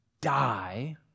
die